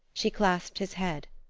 she clasped his head,